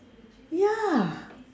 ya